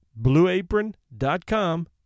blueapron.com